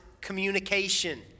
communication